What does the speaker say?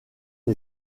les